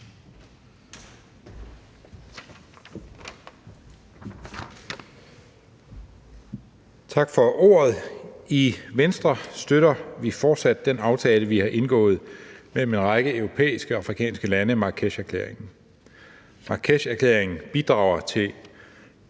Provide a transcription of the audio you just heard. Tak for ordet. I Venstre støtter vi fortsat den aftale, vi har indgået mellem en række europæiske og afrikanske lande, altså Marrakesherklæringen. Marrakesherklæringen bidrager til